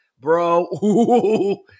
bro